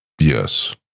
Yes